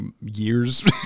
years